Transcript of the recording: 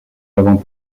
avant